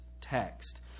text